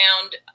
found